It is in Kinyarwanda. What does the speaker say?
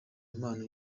impano